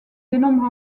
dénombre